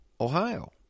Ohio